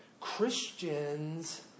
Christians